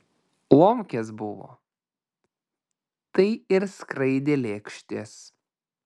lomkės buvo tai ir skraidė lėkštės